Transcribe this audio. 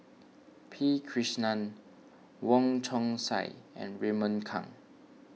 P Krishnan Wong Chong Sai and Raymond Kang